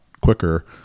quicker